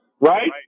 Right